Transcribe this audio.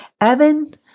Evan